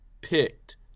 picked